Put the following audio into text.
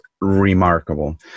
remarkable